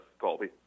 Colby